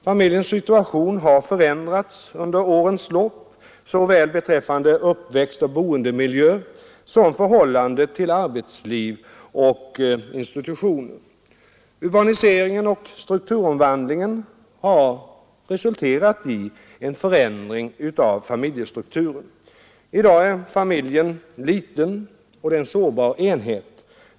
Familjens situation har förändrats under årens lopp såväl beträffande uppväxtoch boendemiljö som när det gäller förhållandet till arbetsliv och institutioner. Urbaniseringen och strukturomvandlingen har resulterat i en förändring av familjens struktur. I dag är familjen liten och den är en sårbar enhet.